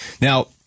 Now